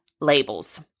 labels